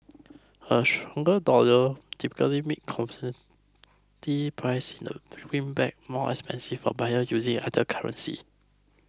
a stronger dollar typically make priced in the greenback more expensive for buyer using other currency